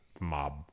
mob